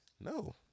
No